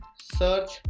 search